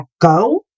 go